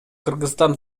кыргызстан